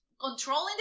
controlling